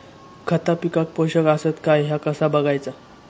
खता पिकाक पोषक आसत काय ह्या कसा बगायचा?